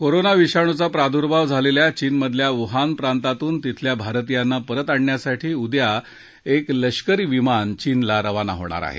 corona विषाणुचा प्रादुर्भाव झालेल्या चीनमधल्या वुहान प्रांतातून तिथल्या भारतीयांना परत आणण्यासाठी उद्या एक लष्करी विमान चीनला रवाना होणार आहे